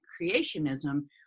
creationism